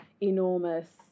enormous